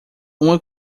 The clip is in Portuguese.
uma